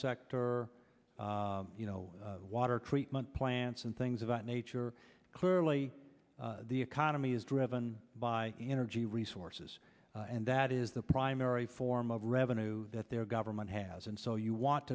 sector you know water treatment plants and things of that nature clearly the economy is driven by energy resources and that is the primary form of revenue that their government has and so you want